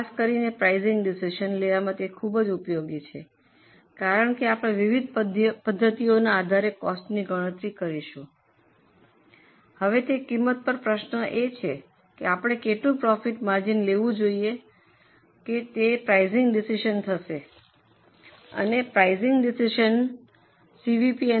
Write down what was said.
ખાસ કરીને pricing decision લેવામાં તે ખૂબ ઉપયોગી છે કારણ કે આપણે વિવિધ પદ્ધતિઓના આધારે કોસ્ટની ગણતરી કરીશું હવે તે કિંમત પર પ્રશ્ન એ છે કે આપણે કેટલું પ્રોફિટ માર્જિન લેવો જોઈએ જેથી તે પ્રાઇસીંગ ડિસિઝન થશે